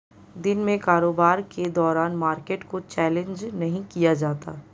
दिन में कारोबार के दौरान मार्केट को चैलेंज नहीं किया जाता